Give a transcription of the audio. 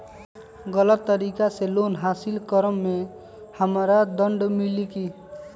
गलत तरीका से लोन हासिल कर्म मे हमरा दंड मिली कि?